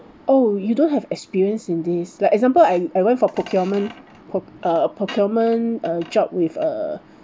oh you don't have experience in this like example I I went for procurement for uh procurement uh job with uh